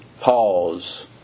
Pause